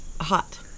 hot